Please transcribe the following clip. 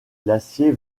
glacier